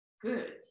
good